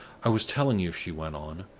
i was telling you, she went on,